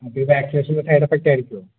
അപ്പം വാക്സിനേഷൻറ്റെ സൈഡ് എഫക്ടായിരിക്കുമോ